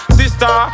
sister